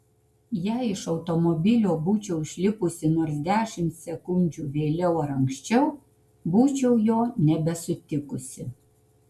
jei iš automobilio būčiau išlipusi nors dešimt sekundžių vėliau ar anksčiau būčiau jo nebesutikusi